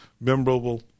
memorable